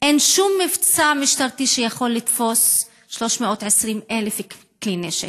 אין שום מבצע משטרתי שיכול לתפוס 320,000 כלי נשק.